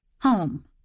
Home